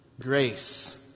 grace